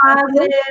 positive